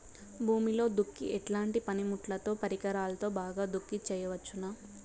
భూమిలో దుక్కి ఎట్లాంటి పనిముట్లుతో, పరికరాలతో బాగా దుక్కి చేయవచ్చున?